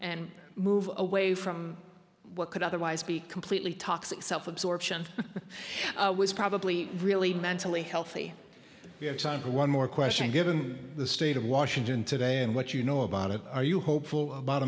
and move away from what could otherwise be completely toxic self absorption was probably really mentally healthy you have time for one more question given the state of washington today and what you know about it are you hopeful about